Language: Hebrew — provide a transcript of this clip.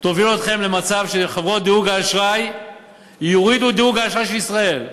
תוביל אתכם למצב שחברות דירוג האשראי יורידו את דירוג האשראי של ישראל.